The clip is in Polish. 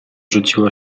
rzuciło